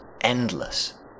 endless